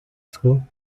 school